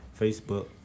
Facebook